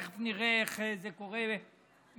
ותכף נראה איך זה קורה במציאות,